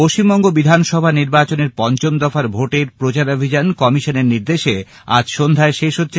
পশ্চিমবঙ্গে বিধানসভা নির্বাচনের পঞ্চম দফার ভোটের প্রচারাভিযান কমিশনের নির্দেশে আজ সন্ধ্যায় শেষ হচ্ছে